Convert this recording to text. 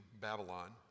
Babylon